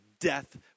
death